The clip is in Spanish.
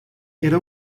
era